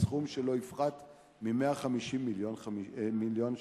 בסכום שלא יפחת מ-150 מיליון ש"ח.